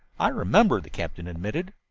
i remember, the captain admitted.